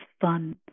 fun